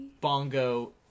Bongo